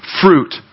fruit